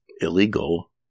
illegal